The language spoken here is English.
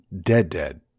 dead-dead